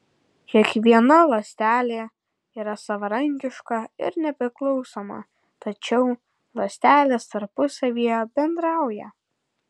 kiekviena ląstelė yra savarankiška ir nepriklausoma tačiau ląstelės tarpusavyje bendrauja